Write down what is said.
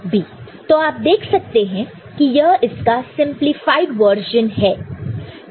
तो आप देख सकते हैं कि यह इसका सिंपलीफाइड वर्ज़न है